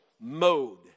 mode